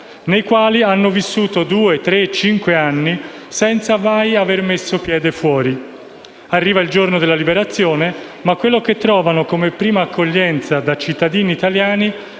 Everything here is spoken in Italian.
nei quali hanno vissuto due, tre, cinque anni senza aver mai messo piede fuori. Arriva il giorno della liberazione, ma quello che trovano, come prima accoglienza da cittadini italiani,